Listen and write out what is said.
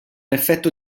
effetto